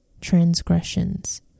transgressions